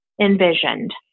envisioned